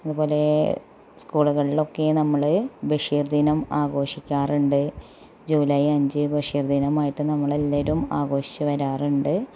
അതുപോലെ സ്കൂളുകൾലൊക്കെ നമ്മള് ബഷീര് ദിനം ആഘോഷിക്കാറുണ്ട് ജൂലൈ അഞ്ച് ബഷീര് ദിനമായിട്ട് നമ്മളെല്ലാവരും ആഘോഷിച്ച് വരാറുണ്ട്